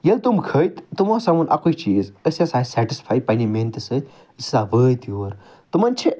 ییٚلہِ تِم کھٔتۍ تِمو ہَسا ووٚن اَکُے چیٖز أسۍ ہَسا ٲسۍ سیٚٹٕسفاے پَننہِ محنتہِ سۭتۍ أسۍ ہَسا وٲتۍ یور تِمن چھِ اَکھ